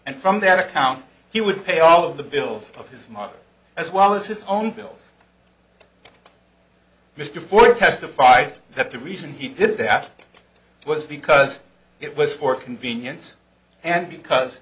and from that account he would pay all of the bills of his mother as well as his own bills mr ford testified that the reason he did that was because it was for convenience and because